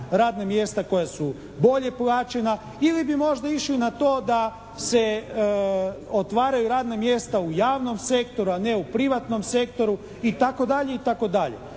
radna mjesta koja su bolje plaćena ili bi možda išli na to da se otvaraju radna mjesta u javnom sektoru, a ne u privatnom sektoru itd.